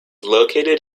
located